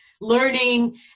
learning